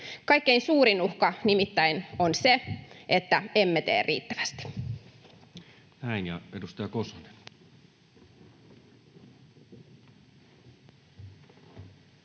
Kaikkein suurin uhka nimittäin on se, että emme tee riittävästi.